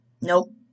nope